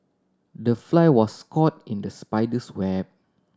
the fly was caught in the spider's web